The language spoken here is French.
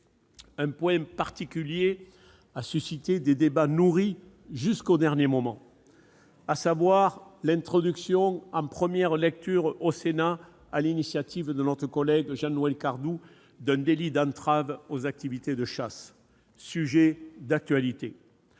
Un point particulier a suscité des débats nourris jusqu'au dernier moment : l'introduction en première lecture au Sénat, sur l'initiative de notre collègue Jean-Noël Cardoux, d'un délit d'entrave aux activités de chasse, sujet d'actualité